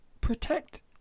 protect